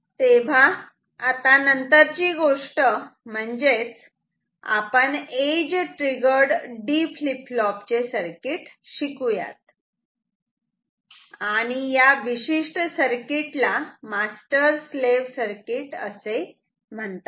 तेव्हा आता नंतरची गोष्ट म्हणजेच आपण edge triggered D flip flop चे सर्किट शिकू यात आणि या विशिष्ट सर्किटला मास्तर स्लाव्ह सर्किट असे म्हणतात